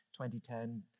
2010